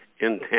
intent